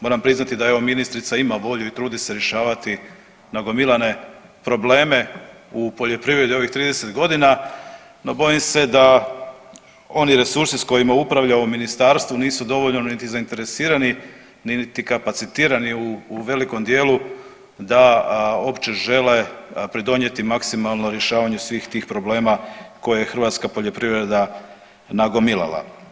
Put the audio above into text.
Moram priznati da evo ministrica ima volju i trudi se rješavati nagomilane probleme u poljoprivredi u ovih 30 godina, no bojim se da oni resursi s kojima upravlja ovo ministarstvo nisu dovoljno niti zainteresirani niti kapacitirani u velikom dijelu da opće žele pridonijeti maksimalno rješavanju svih tih problema koje hrvatska poljoprivreda nagomilala.